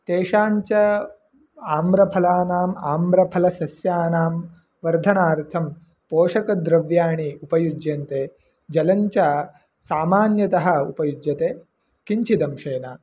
तेषाञ्च आम्रफलानाम् आम्रफलसस्यानां वर्धनार्थं पोषकद्रव्याणि उपयुज्यन्ते जलञ्च सामान्यतः उपयुज्यते किञ्चिदंशेन